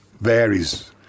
varies